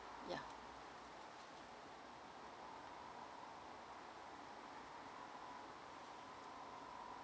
ya